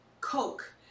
Coke